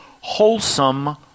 wholesome